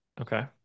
okay